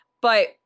but-